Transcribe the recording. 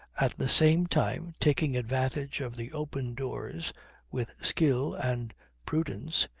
at the same time, taking advantage of the open doors with skill and prudence,